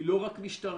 היא לא רק משטרה,